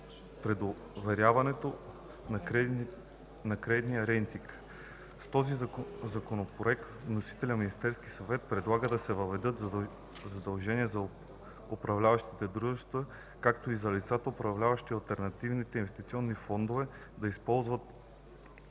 предоверяването на кредитни рейтинги. С този Законопроект вносителят – Министерски съвет, предлага да се въведат задължения за управляващите дружества, както и за лицата, управляващи алтернативни инвестиционни фондове, да използват